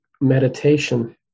meditation